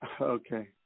Okay